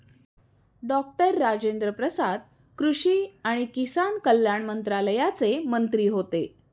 doctor Rajendra Prasad कृषी आणि किसान कल्याण मंत्रालयाचे मंत्री होते